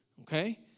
okay